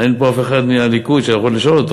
אין פה אף אחד מהליכוד שאני יכול לשאול אותו,